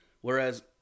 Whereas